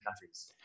countries